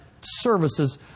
services